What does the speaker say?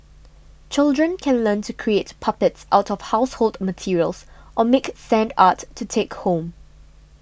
children can learn to create puppets out of household materials or make sand art to take home